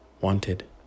Wanted